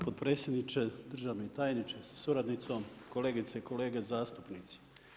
Hvala potpredsjedniče, državni tajniče sa suradnicom, kolegice i kolege zastupnici.